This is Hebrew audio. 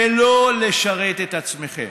ולא לשרת את עצמכם.